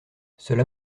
cela